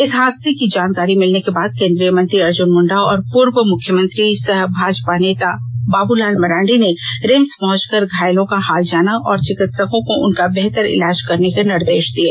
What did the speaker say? इस हादसे की जानकारी मिलने के बाद केंद्रीय मंत्री अर्जुन मुंडा और पूर्व मुख्यमंत्री सह भाजपा नेता बाबूलाल मरांडी ने रिम्स पहुंच कर घायलों का हाल जाना और चिकित्सको को उनका बेहतर इलाज करने के निर्देष दिये